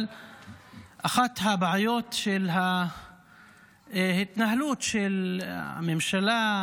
על אחת הבעיות של ההתנהלות של הממשלה,